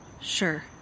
Sure